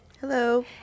Hello